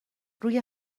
روی